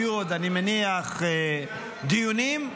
אני מניח שיהיו עוד דיונים,